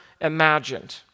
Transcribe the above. imagined